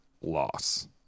loss